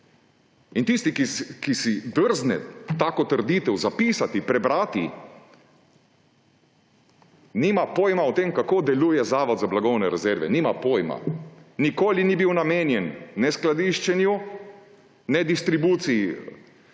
In tisti, ki si drzne tako trditev zapisati, prebrati, nima pojma o tem, kako deluje Zavod za blagovne rezerve. Nima pojma. Nikoli ni bil namenjen ne skladiščenju ne distribuciji